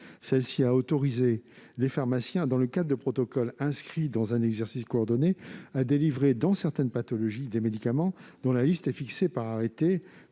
celle-ci a autorisé les pharmaciens, dans le cadre de protocoles inscrits dans un exercice coordonné, à délivrer pour certaines pathologies des médicaments dont la liste est fixée par arrêté,